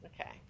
Okay